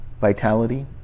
vitality